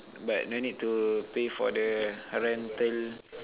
but no need to pay for the rental